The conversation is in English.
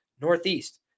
Northeast